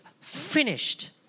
finished